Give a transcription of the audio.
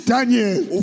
Daniel